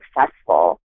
successful